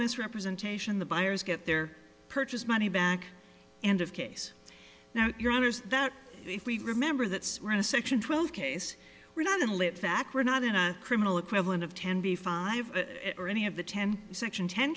misrepresentation the buyers get their purchase money back and of case now your honor is that if we remember that we're in a section twelve case we're not in live fact we're not in a criminal equivalent of ten b five or any of the ten s